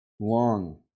long